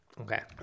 Okay